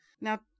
Now